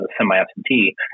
semi-absentee